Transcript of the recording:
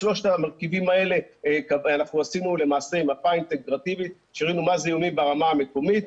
אנחנו עשינו למעשה מפה אינטגרטיבית שראינו מה זה איומים ברמה המקומית,